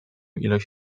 ilość